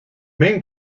main